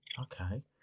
Okay